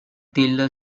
дело